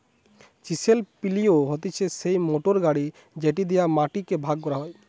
chisel পিলও হতিছে সেই মোটর গাড়ি যেটি দিয়া মাটি কে ভাগ করা হয়